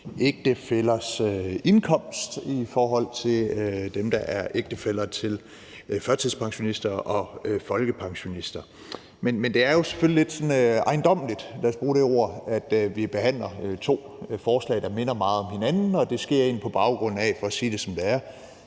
ægtefællers indkomst i forhold til dem, der er ægtefæller til førtidspensionister og folkepensionister. Men det er jo selvfølgelig sådan lidt ejendommeligt, at vi behandler to forslag, der minder meget om hinanden, og for at sige det, som det er,